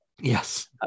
yes